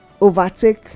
overtake